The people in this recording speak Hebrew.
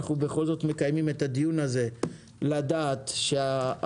אנחנו בכל זאת מקיימים את הדיון הזה לדעת שהמהלך